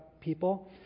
people